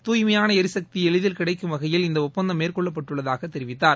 துய்மையான எரிசக்தி எளிதில் கிடைக்கும் வகையில் இந்த ஒப்பந்தம் மேற்கொள்ளப்பட்டுள்ளதாக தெரிவித்தார்